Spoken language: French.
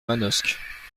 manosque